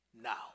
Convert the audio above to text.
now